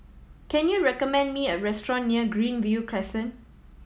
can you recommend me a restaurant near Greenview Crescent